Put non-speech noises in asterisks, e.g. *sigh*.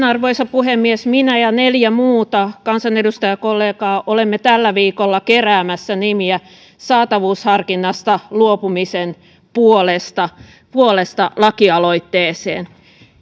*unintelligible* arvoisa puhemies minä ja neljä muuta kansanedustajakollegaa olemme tällä viikolla keräämässä nimiä saatavuusharkinnasta luopumisen puolesta puolesta lakialoitteeseen